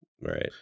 Right